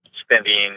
spending